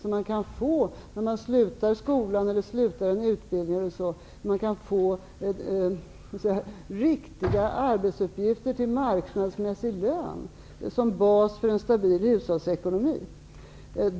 Då kan man när man går ut från skolan eller efter en utbildning få riktiga arbetsuppgifter till marknadsmässig lön som bas för en stabil hushållsekonomi.